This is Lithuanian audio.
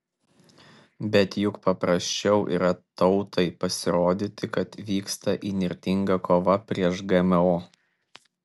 bet juk paprasčiau yra tautai pasirodyti kad vyksta įnirtinga kova prieš gmo